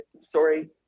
sorry